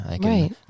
Right